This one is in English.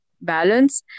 balance